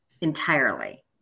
entirely